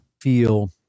Feel